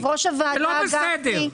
זה לא בסדר.